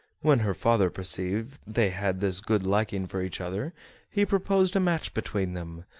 when her father perceived they had this good liking for each other he proposed a match between them,